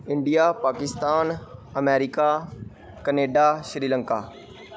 India Pakistan America Canada Sri Lanka